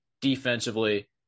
defensively